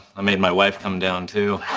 i made my wife come down too.